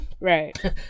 Right